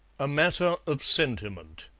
a matter of sentiment